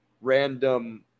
random